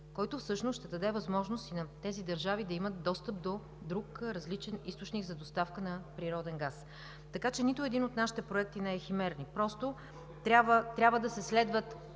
който всъщност ще даде възможност на тези държави да имат достъп до друг различен източник за доставка на природен газ. Така че нито един от нашите проекти не е химерен. КРАСИМИР ЯНКОВ (БСП